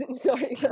Sorry